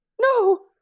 No